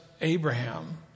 Abraham